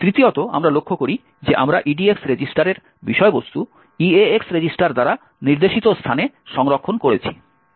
তৃতীয়ত আমরা লক্ষ্য করি যে আমরা EDX রেজিস্টারের বিষয়বস্তু EAX রেজিস্টার দ্বারা নির্দেশিত স্থানে সংরক্ষণ করছি